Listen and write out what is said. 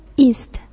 east